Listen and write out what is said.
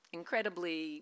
incredibly